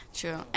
true